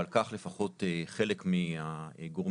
ועל כך לפחות חלק מהגורמים,